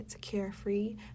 Carefree